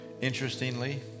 interestingly